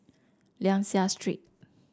Liang Seah Street